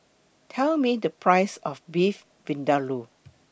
Tell Me The Price of Beef Vindaloo